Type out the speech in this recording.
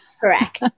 Correct